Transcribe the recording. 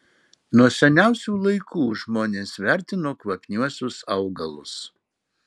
nuo seniausių laikų žmonės vertino kvapniuosius augalus